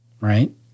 Right